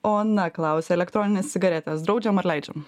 ona klausia elektronines cigaretes draudžiam ar leidžiam